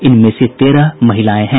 इनमें से तेरह महिलाएं हैं